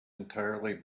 entirely